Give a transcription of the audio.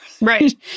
Right